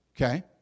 Okay